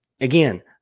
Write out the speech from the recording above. again